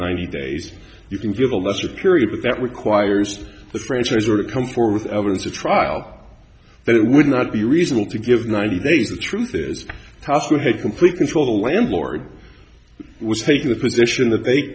ninety days you can give a lesser period but that requires the franchisor come forward with evidence a trial that it would not be reasonable to give ninety days the truth is house who had complete control the landlord was taking the position that they